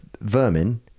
vermin